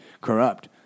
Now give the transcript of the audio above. corrupt